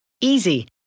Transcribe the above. Easy